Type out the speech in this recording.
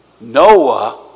Noah